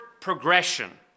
progression